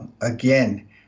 Again